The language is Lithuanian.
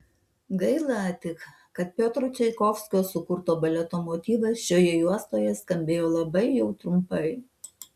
gaila tik kad piotro čaikovskio sukurto baleto motyvas šioje juostoje skambėjo labai jau trumpai